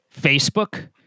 Facebook